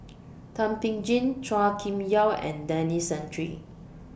Thum Ping Tjin Chua Kim Yeow and Denis Santry